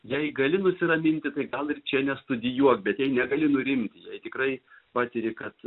jei gali nusiraminti tai gal ir čia nestudijuok bet jei negali nurimti jei tai tikrai patiri kad